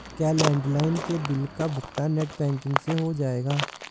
क्या लैंडलाइन के बिल का भुगतान नेट बैंकिंग से हो जाएगा?